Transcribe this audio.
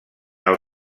del